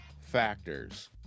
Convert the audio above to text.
factors